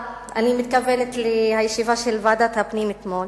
הישיבה של ועדת הפנים אתמול